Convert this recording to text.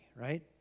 right